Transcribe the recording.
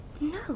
No